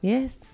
Yes